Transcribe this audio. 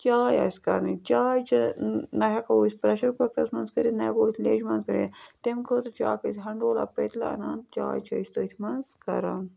چاے آسہِ کَرٕنۍ چاے چھِ نہ ہٮ۪کو أسۍ پرٛٮ۪شَر کُکرَس منٛز کٔرِتھ نہ ہٮ۪کو أسۍ لیٚجہِ منٛز کٔرِتھ تَمہِ خٲطرٕ چھِ اَکھ أسۍ ہَنٛڈولا پٔتلہٕ اَنان چاے چھِ أسۍ تٔتھۍ منٛز کَران